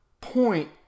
point